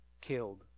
killed